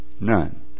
None